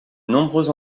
nombreux